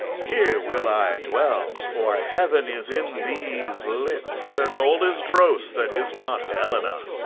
here will i dwell, for heaven is in these lips, and all is dross that is not helena.